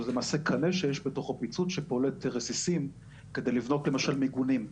אבל למעשה זה קנה שיש בתוכו פיצוץ שפולט רסיסים כדי לבנות למשל מיגונים.